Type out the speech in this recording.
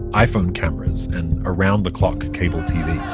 iphone cameras and around-the-clock cable tv